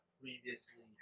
previously